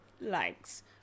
likes